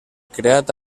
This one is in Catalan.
creat